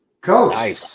Coach